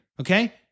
Okay